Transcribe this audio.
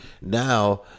now